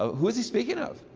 who is he speaking of?